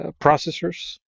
processors